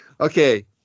Okay